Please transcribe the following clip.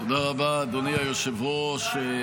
תודה רבה, אדוני היושב-ראש.